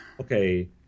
Okay